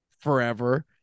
forever